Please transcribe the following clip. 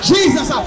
Jesus